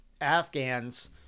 Afghans